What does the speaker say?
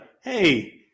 Hey